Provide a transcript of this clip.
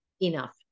Enough